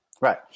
right